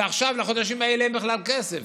ועכשיו לחודשים האלה אין בכלל כסף.